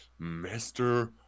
Mr